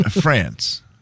France